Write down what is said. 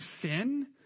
sin